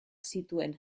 zituen